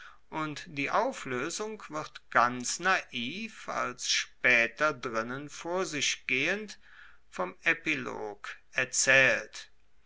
und die aufloesung wird ganz naiv als spaeter drinnen vor sich gehend vom epilog erzaehlt